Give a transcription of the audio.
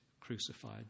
crucified